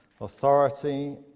authority